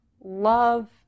love